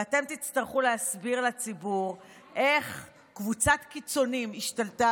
ואתם תצטרכו להסביר לציבור איך קבוצת קיצוניים השתלטה